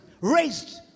raised